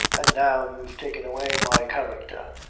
and now you've taken away my carrecther,